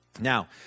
Now